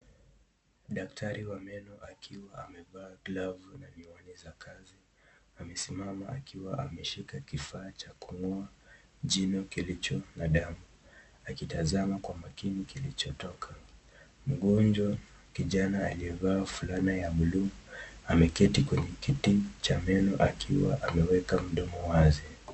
Daktari wa meno akiwa amevaa glovu na miwani vya kazi amesimama akiwa ameshika kifaa cha kungoa jino kilicho na damu akitazama kwa makini kilichotoka, mgonjwa kijana aliyevaa fulana buluu ameketi kwenye kiti cha meno akiwa ameweka mdomo wazi.